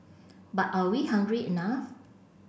but are we hungry enough